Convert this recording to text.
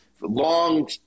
long